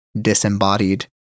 disembodied